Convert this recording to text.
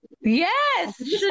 Yes